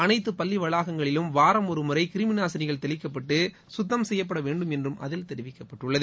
அனைத்து பள்ளி வளாங்களிலும் வாரம் ஒரு முறை கிருமிநாசினிகள் தெளிக்கப்பட்டு சுத்தம் செய்யப்பட வேண்டும் என்றும் அதில் தெரிவிக்கப்பட்டுள்ளது